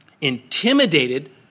intimidated